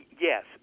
Yes